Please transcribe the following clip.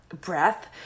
breath